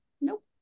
nope